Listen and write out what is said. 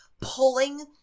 pulling